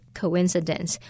coincidence